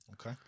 Okay